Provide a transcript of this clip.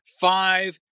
five